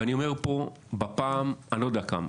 ואני אומר פה בפעם אני לא יודע כמה,